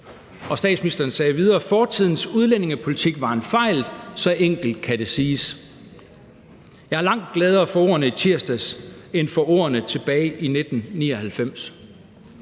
Og statsministeren sagde videre: »Fortidens udlændingepolitik var en fejl. Så enkelt kan det siges.« Jeg er langt gladere for ordene i tirsdags end for ordene tilbage i 1999.